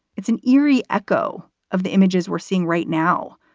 it's an eerie echo of the images we're seeing right now.